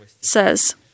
says